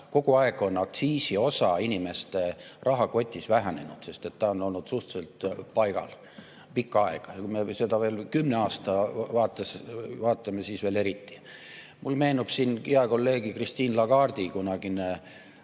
Kogu aeg on aktsiisi osa inimeste rahakotis vähenenud, sest ta on olnud suhteliselt paigal pikka aega. Ja kui me seda veel kümne aasta vaates vaatame, siis veel eriti. Mulle meenub siin hea kolleegi Christine Lagarde'i kunagine